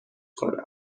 کنم